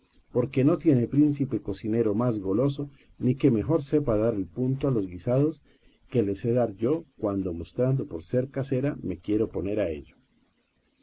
porque no tiene príncipe cocinero más goloso ni que mejor sepa dar el punto a los guisados que le sé dar yo cuando mostrando ser casera me quiero poner a ello